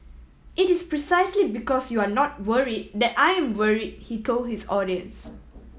it is precisely because you are not worry that I am worry he told his audience